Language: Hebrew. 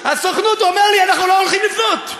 הסוכנות אומרת לנו: אנחנו לא הולכים לבנות.